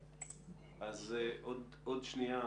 דקה.